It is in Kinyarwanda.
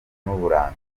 n’uburanga